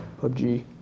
PUBG